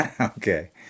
Okay